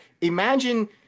imagine